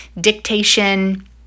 dictation